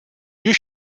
you